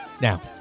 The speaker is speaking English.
Now